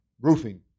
roofing